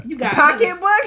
Pocketbook